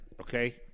okay